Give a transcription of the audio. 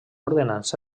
ordenança